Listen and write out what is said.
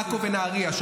עכו ונהריה,